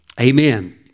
Amen